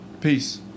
Peace